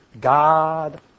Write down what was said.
God